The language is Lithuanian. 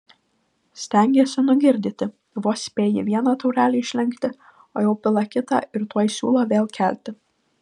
stengėsi nugirdyti vos spėji vieną taurelę išlenkti o jau pila kitą ir tuoj siūlo vėl kelti